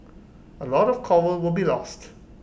A lot of Coral will be lost